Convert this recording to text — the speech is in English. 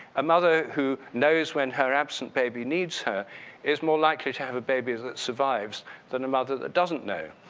a mother who knows when her absent baby needs her is more likely to have a baby that survives than a mother that doesn't know.